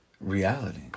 reality